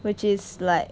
which is like